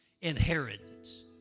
inheritance